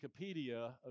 Wikipedia